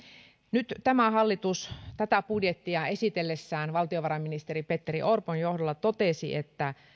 nyt tämä hallitus tätä budjettia esitellessään valtiovarainministeri petteri orpon johdolla totesi että